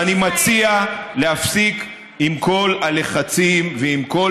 ואני מציע להפסיק עם כל הלחצים ועם כל